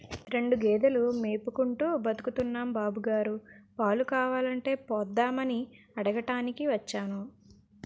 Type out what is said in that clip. రెండు గేదెలు మేపుకుంటూ బతుకుతున్నాం బాబుగారు, పాలు కావాలంటే పోద్దామని అడగటానికి వచ్చాను